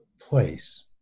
place